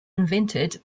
invented